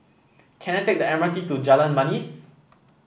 can I take the M R T to Jalan Manis